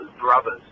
Brothers